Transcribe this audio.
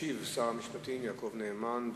ישיב שר המשפטים יעקב נאמן.